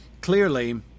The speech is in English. clearly